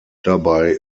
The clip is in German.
dabei